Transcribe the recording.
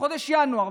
בחודש ינואר,